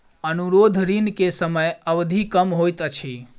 अनुरोध ऋण के समय अवधि कम होइत अछि